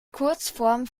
kurzform